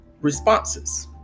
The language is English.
responses